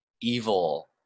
evil